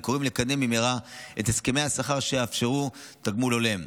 וקוראים לקדם במהרה את הסכמי השכר שיאפשרו תגמול הולם.